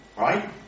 right